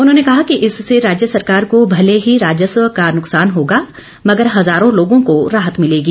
उन्होंने कहा कि इससे राज्य सरकार को भले ही राजस्व का नुकसान होगा मगर हज़ारों लोगों को राहत मिलेगी